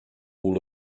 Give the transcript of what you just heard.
all